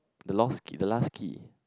the lost key the last key